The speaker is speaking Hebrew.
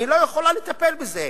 היא לא יכולה לטפל בזה.